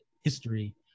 history